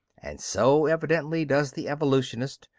and so evidently does the evolutionist,